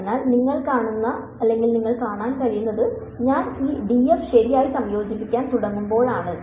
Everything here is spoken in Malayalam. അതിനാൽ നിങ്ങൾക്ക് കാണാൻ കഴിയുന്നത് ഞാൻ ഈ d f ശരിയായി സംയോജിപ്പിക്കാൻ തുടങ്ങുമ്പോഴാണ്